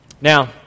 Now